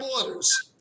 borders